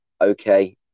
okay